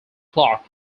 clock